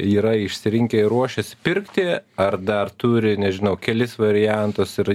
yra išsirinkę ir ruošias pirkti ar dar turi nežinau kelis variantus ir